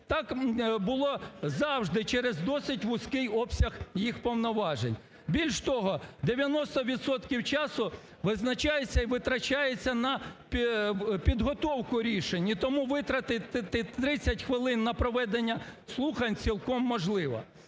так було завжди через досить вузький обсяг їх повноважень. Більше того, 90 відсотків часу визначається і витрачається на підготовку рішень. І тому витратити 30 хвилин на проведення слухань цілком можливо.